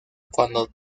cuando